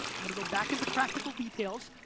i'm gonna go back into practical details,